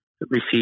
receive